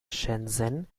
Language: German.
shenzhen